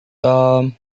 tom